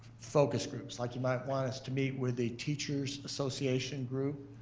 focus groups. like you might want us to meet with the teacher's association group,